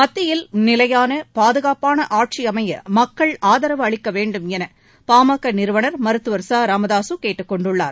மத்தியில் நிலையான பாதுகாப்பான ஆட்சி அமைய மக்கள் ஆதரவு அளிக்க வேண்டும் என பா ம க நிறுவனர் மருத்துவர் ச ராமதாசு கேட்டுக்கொண்டுள்ளார்